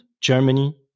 Germany